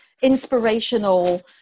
inspirational